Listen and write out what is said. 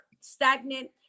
stagnant